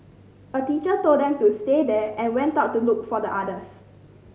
a teacher told them to stay there and went out to look for the others